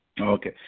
Okay